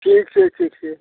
ठीक छै ठीक छै